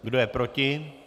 Kdo je proti?